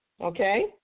okay